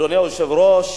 אדוני היושב-ראש,